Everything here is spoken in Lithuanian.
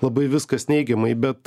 labai viskas neigiamai bet